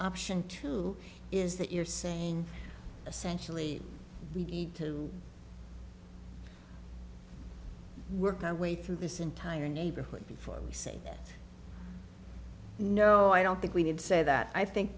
option two is that you're saying essentially we need to work our way through this entire neighborhood before we say no i don't think we need to say that i think